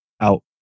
out